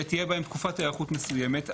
ותהיה בהן תקופת היערכות מסוימת,